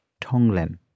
Tonglen